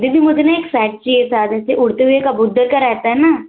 दीदी मुझे न एक सैक चाहिए था जैसे उड़ते हुए का बुद्ध का रहता है न